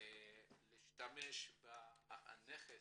להשתמש בנכס,